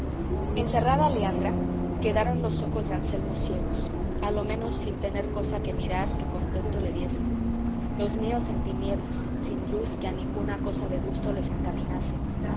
encerrada leandra quedaron los ojos de anselmo ciegos a lo menos sin tener cosa que mirar que contento le diese los míos en tinieblas sin luz que a ninguna cosa de gusto les encaminase